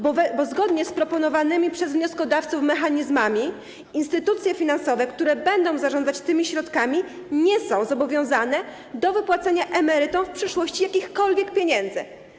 Bo zgodnie z proponowanymi przez wnioskodawców mechanizmami instytucje finansowe, które będą zarządzać tymi środkami, nie są zobowiązane do wypłacenia emerytom w przyszłości jakichkolwiek pieniędzy.